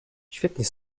świetnie